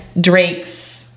Drake's